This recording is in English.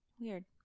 Weird